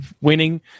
winning